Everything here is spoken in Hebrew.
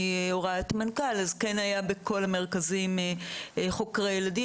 בכל המרכזים חוקרי ילדים,